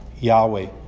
Yahweh